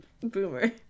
Boomer